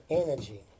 energy